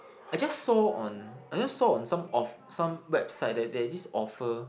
I just saw on I just saw on some off some website that there's this offer